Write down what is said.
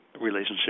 relationship